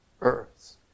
earth